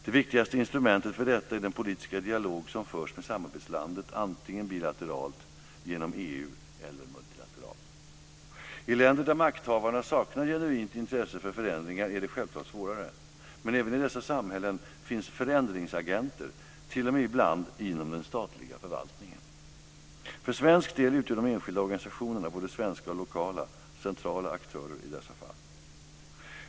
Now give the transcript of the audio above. Det viktigaste instrumentet för detta är den politiska dialog som förs med samarbetslandet, antingen bilateralt, genom EU eller multilateralt. I länder där makthavarna saknar genuint intresse för förändringar är det självklart svårare. Men även i dessa samhällen finns förändringsagenter, ibland t.o.m. inom den statliga förvaltningen. För svensk del utgör de enskilda organisationerna, båda svenska och lokala, centrala aktörer i dessa fall.